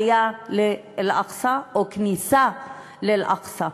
עלייה לאל-אקצא, או כניסה לאל-אקצא.